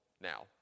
now